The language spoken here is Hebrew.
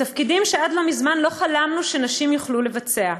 בתפקידים שעד לא מזמן לא חלמנו שנשים יוכלו לבצע,